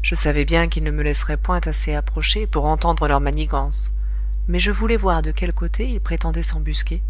je savais bien qu'ils ne me laisseraient point assez approcher pour entendre leurs manigances mais je voulais voir de quel côté ils prétendaient s'embusquer